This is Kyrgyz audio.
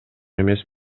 эмес